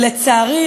לצערי,